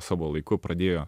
savo laiku pradėjo